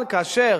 אבל כאשר